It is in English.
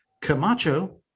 Camacho